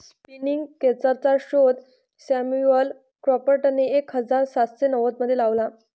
spinning खेचरचा शोध Samuel क्रॉम्प्टनने एक हजार सातशे नव्वदमध्ये लावला